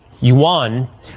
yuan